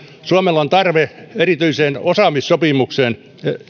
suomella on tarve erityiseen osaamissopimukseen